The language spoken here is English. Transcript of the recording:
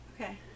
Okay